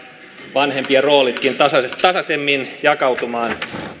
vanhempien roolitkin tasaisemmin tasaisemmin jakautumaan